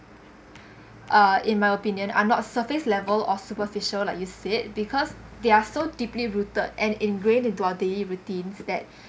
uh in my opinion are not surface level or superficial like you said because they are so deeply rooted and ingrained into our daily routines that